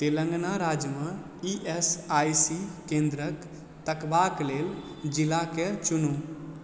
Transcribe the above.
तेलंगाना राज्यमे E S I C केन्द्रके तकबाक लेल जिलाकेँ चुनू